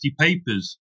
papers